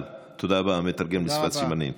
המתרגם לשפת סימנים.